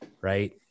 Right